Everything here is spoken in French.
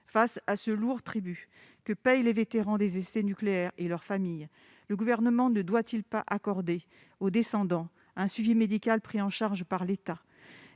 Face à ce lourd tribut que payent les vétérans des essais nucléaires et leurs familles, le Gouvernement ne doit-il pas accorder aux descendants un suivi médical pris en charge par l'État ?